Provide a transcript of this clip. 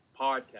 podcast